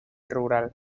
rural